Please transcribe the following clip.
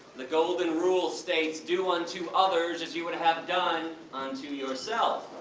the golden rule states do unto others as you would have done unto yourself